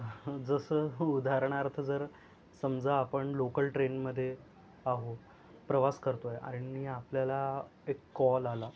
जसं उदाहरणार्थ जर समजा आपण लोकल ट्रेनमध्ये आहोत प्रवास करत आहे आणि आपल्याला एक कॉल आला